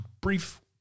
Brief